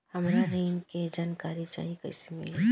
हमरा ऋण के जानकारी चाही कइसे मिली?